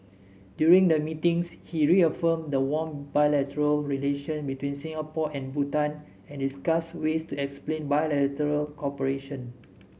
during the meetings he reaffirmed the warm bilateral relations between Singapore and Bhutan and discussed ways to expand bilateral cooperation